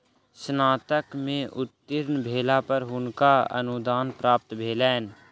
स्नातक में उत्तीर्ण भेला पर हुनका अनुदान प्राप्त भेलैन